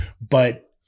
But-